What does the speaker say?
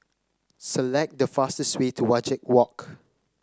select the fastest way to Wajek Walk